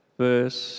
verse